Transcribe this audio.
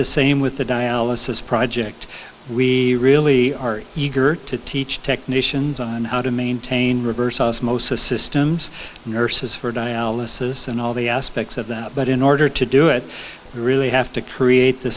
the same with the dialysis project we really are eager to teach technicians on how to maintain reverse osmosis systems nurses for dialysis and all the aspects of that but in order to do it you really have to create the